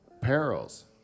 perils